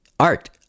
Art